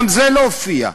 גם זה לא הופיע.